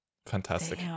fantastic